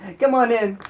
come on in.